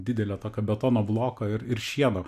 didelio tokio betono bloko ir ir šieno